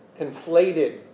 conflated